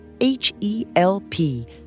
H-E-L-P